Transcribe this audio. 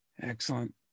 Excellent